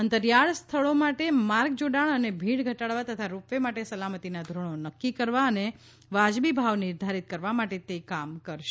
અંતરિયાળ સ્થળો માટે માર્ગ જોડાણ અને ભીડ ઘટાડવા તથા રોપવે માટે સલામતીનાં ધોરણો નક્કી કરવા અને વાજબી ભાવ નિર્ધારિત કરવા માટે તે કામ કરશે